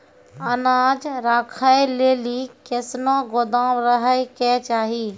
अनाज राखै लेली कैसनौ गोदाम रहै के चाही?